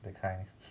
that kind